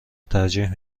ترجیح